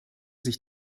sich